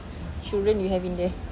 children you have in there